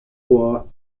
war